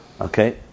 Okay